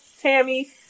Tammy